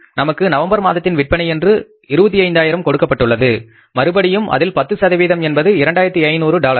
நமக்கு நவம்பர் மாதத்தின் விற்பனை என்று 25000 கொடுக்கப்பட்டுள்ளது மறுபடியும் அதில் 10 என்பது 2500 டாலர்கள்